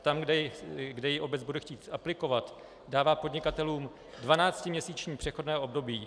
Tam, kde ji obec bude chtít aplikovat, dává podnikatelům dvanáctiměsíční přechodné období.